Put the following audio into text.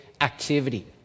activity